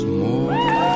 more